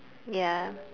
ya